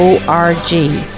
O-R-G